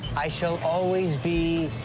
i shall always be.